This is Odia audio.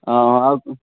ଆ ଆଉ